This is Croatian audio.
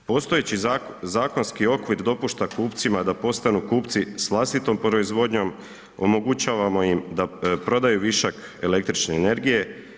Postojeći zakonski okvir dopušta kupcima da postanu kupci sa vlastitom proizvodnjom, omogućavamo im da prodaju višak električne energije.